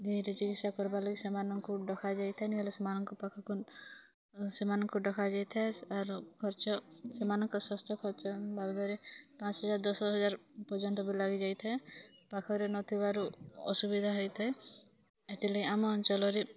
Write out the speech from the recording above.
ଗାଈର ଚିକିତ୍ସା କରିବା ଲାଗି ସେମାନଙ୍କୁ ଡ଼କା ଯାଇଥାଏ ନହେଲେ ସେମାନଙ୍କ ପାଖକୁ ସେମାନଙ୍କୁ ଡ଼କା ଯାଇଥାଏ ତା'ର ଖର୍ଚ୍ଚ ସେମାନଙ୍କ ସ୍ୱାସ୍ଥ୍ୟ ଖର୍ଚ୍ଚ ଭାବରେ ପାଞ୍ଚ ହଜାର ଦଶ ହଜାର ପର୍ଯ୍ୟନ୍ତ ବି ଲାଗି ଯାଇଥାଏ ପାଖରେ ନ ଥିବାରୁ ଅସୁବିଧା ହୋଇଥାଏ ଏଥିଲାଗି ଆମ ଅଞ୍ଚଲରେ